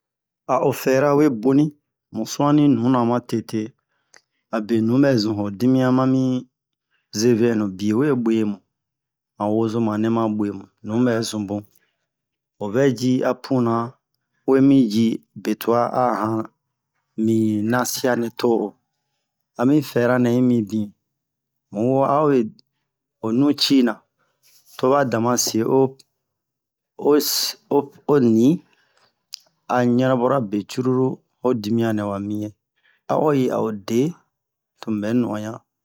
A'o fɛra we boni mu suwani nuna ma tete abe nubɛ zun ho dimiyan mami zevenu biye we bwe mu han wozoma nɛ ma bwe mu nu bɛ zun bun o vɛ ji a puna uwe mi ji betwa a han mi nasiya nɛ to o ami fɛra nɛ yi mibin mu wo a uwe o nu cina to'o a dama se o o ni a ɲanabora be cururu ho dimiyan nɛ wa mi a'o yi a o de to mu bɛ no'onɲa